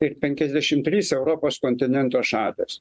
ir penkiasdešim trys europos kontinento šalys